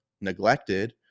neglected